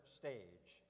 stage